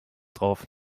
drauf